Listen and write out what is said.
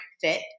fit